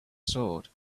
sword